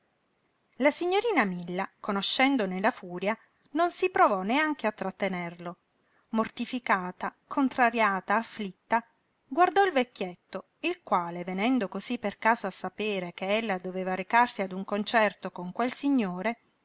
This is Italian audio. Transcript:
la signorina milla conoscendone la furia non si provò neanche a trattenerlo mortificata contrariata afflitta guardò il vecchietto il quale venendo cosí per caso a sapere che ella doveva recarsi a un concerto con quel signore